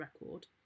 record